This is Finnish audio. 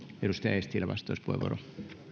edustaja eestilä vastauspuheenvuoro